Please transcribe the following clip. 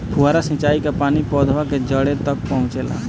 फुहारा सिंचाई का पानी पौधवा के जड़े तक पहुचे ला?